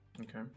Okay